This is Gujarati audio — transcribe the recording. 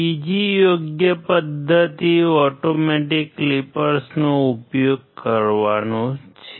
બીજી યોગ્ય પદ્ધતિ ઓટોમેટિક ક્લીઉપર્સનો ઉપયોગ છે